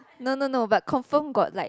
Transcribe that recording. no no no but confirm got like